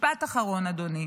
משפט אחרון, אדוני.